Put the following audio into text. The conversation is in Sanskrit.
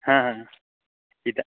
हा हा हा इद